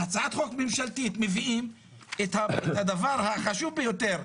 בהצעת חוק ממשלתית מביאים את הדבר החשוב ביותר,